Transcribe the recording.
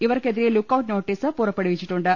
ഇവർക്കെതിരെ lookout notice പുറപ്പെടുവിച്ചിട്ടുണ്ട്